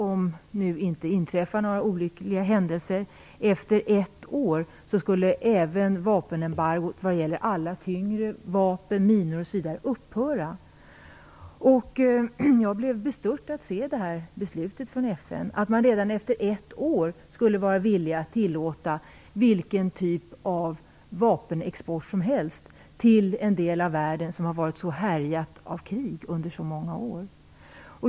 Om det inte inträffar några olyckliga händelser skulle vapenembargot när det gäller alla tyngre vapen, minor, osv. upphöra efter ett år. Jag blev bestört över det här beslutet av FN - att man redan efter ett år skulle vara villig att tillåta vilken typ av vapenexport som helst till en del av världen som har varit så härjat av krig under så många år.